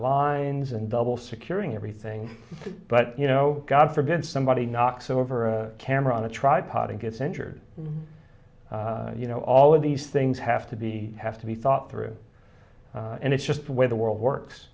lines and double securing everything but you know god forbid somebody knocks over a camera on a tripod and gets injured you know all of these things have to be have to be thought through and it's just where the world works